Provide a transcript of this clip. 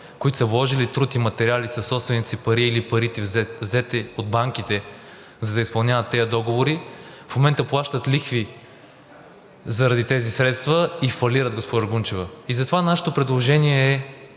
които са вложили труд и материали със собствените си пари или парите, взети от банките, за да изпълняват тези договори? В момента плащат лихви заради тези средства и фалират, госпожо Гунчева. Затова нашето предложение е